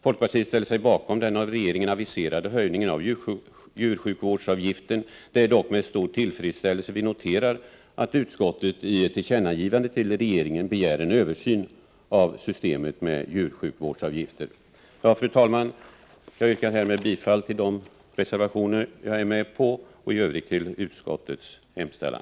Folkpartiet ställer sig bakom den av regeringen aviserade höjningen av djursjukvårdsavgiften. Det är dock med stor tillfredsställelse vi noterar att utskottet i ett tillkännagivande till regeringen begär en översyn av systemet med djursjukvårdsavgifter. Fru talman! Jag yrkar härmed bifall till de reservationer som jag är med på, och i övrigt bifall till utskottets hemställan.